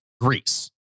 Greece